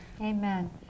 Amen